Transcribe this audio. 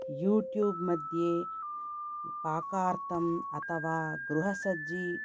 YouTube मध्ये पाकार्थं अथवा गृहसज्जी